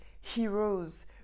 heroes